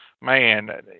man